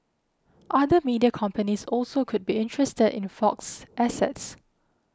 other media companies also could be interested in Fox's assets